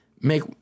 make